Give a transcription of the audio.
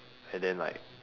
and then like